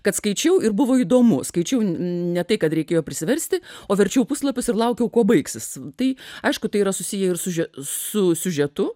kad skaičiau ir buvo įdomu skaičiau ne tai kad reikėjo prisiversti o verčiau puslapius ir laukiau kuo baigsis tai aišku tai yra susiję ir siuž su siužetu